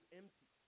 empty